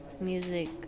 music